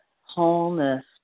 wholeness